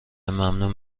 ممنون